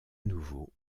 nouveau